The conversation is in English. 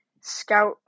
scout